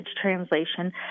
translation